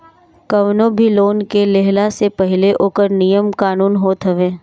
कवनो भी लोन के लेहला से पहिले ओकर नियम कानून होत हवे